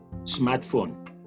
smartphone